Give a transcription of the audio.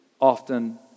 often